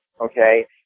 okay